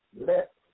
let